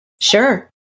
Sure